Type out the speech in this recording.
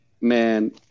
man